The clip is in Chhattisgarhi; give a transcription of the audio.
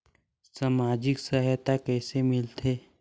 समाजिक सहायता कइसे मिलथे?